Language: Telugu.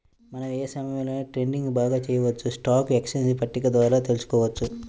మనం ఏ సమయంలో ట్రేడింగ్ బాగా చెయ్యొచ్చో స్టాక్ ఎక్స్చేంజ్ పట్టిక ద్వారా తెలుసుకోవచ్చు